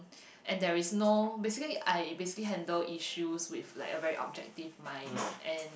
and there is no basically I basically handle issues with like a very objective mind and